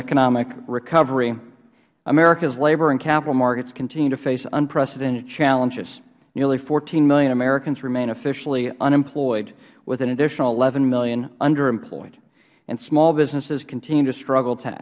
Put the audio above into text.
economic recovery america's labor and capital markets continue to face unprecedented challenges nearly fourteen million americans remain officially unemployed with an additional eleven million underemployed and small businesses continue to struggle to